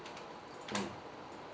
mm